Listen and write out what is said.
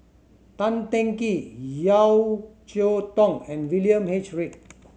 Tan Teng Kee Yeo Cheow Tong and William H Read